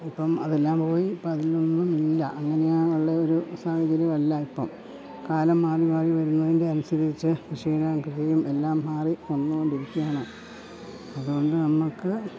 ഇപ്പം അതെല്ലാം പോയി ഇപ്പോഴതിലൊന്നും ഇല്ല അങ്ങനെയുള്ള ഒരു സാഹചര്യമല്ല ഇപ്പം കാലം മാറി മാറി വരുന്നതിൻ്റെ അനുസരിച്ച് കൃഷിരീതികളും കൃഷികളും എല്ലാം മാറി വന്നുകൊണ്ടിരിക്കുകയാണ് അതുകൊണ്ട് നമ്മൾക്ക്